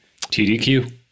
TDQ